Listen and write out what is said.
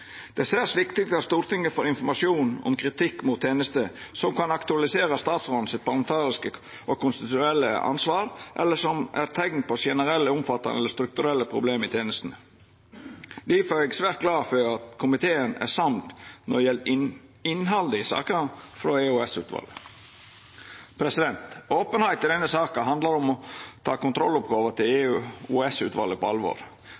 er særs viktig at Stortinget får informasjon om kritikk mot tenester som kan aktualisera det parlamentariske og konstitusjonelle ansvaret til statsråden, eller teikn på generelle, omfattande eller strukturelle problem i tenesta. Difor er eg svært glad for at komiteen er samd når det gjeld innhaldet i saka frå EOS-utvalet. Openheit i denne saka handlar om å ta kontrolloppgåva til EOS-utvalet på alvor.